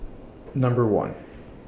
Number one